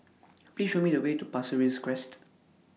Please Show Me The Way to Pasir Ris Crest